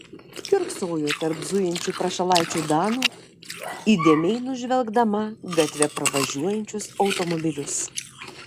kiurksojo tarp zujančių prašalaičių danų įdėmiai nužvelgdama gatve pravažiuojančius automobilius